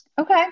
Okay